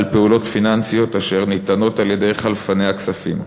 פעולות פיננסיות אשר ניתנות על-ידי חלפני הכספים.